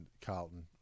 Carlton